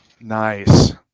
Nice